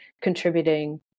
contributing